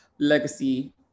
legacy